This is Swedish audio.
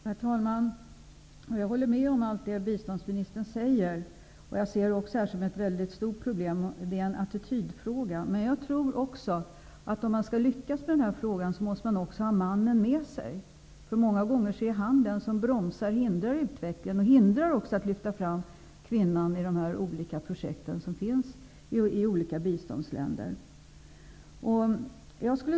Herr talman! Jag håller med i allt det biståndsministern säger. Jag ser också attitydfrågan som ett stort problem. Men jag tror att om man skall lyckas i denna fråga måste man ha mannen med sig. Många gånger är han den som bromsar utvecklingen och hindrar möjligheten att lyfta fram kvinnan i de olika projekten som finns i olika biståndsländer.